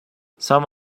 some